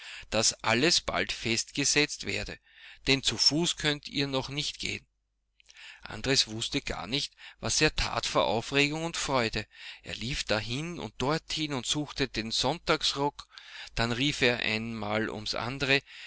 daß alles bald festgesetzt werde denn zu fuß könnt ihr noch nicht gehen andres wußte gar nicht was er tat vor aufregung und freude er lief dahin und dorthin und suchte den sonntagsrock dann rief er ein mal ums andere